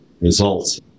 results